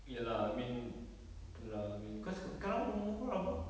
ya lah I mean itu lah I mean cause sekarang umur kau berapa